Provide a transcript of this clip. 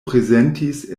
prezentis